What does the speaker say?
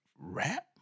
rap